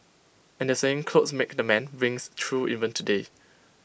and the saying clothes make the man rings true even today